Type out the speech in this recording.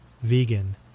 vegan